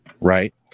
right